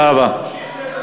תודה רבה.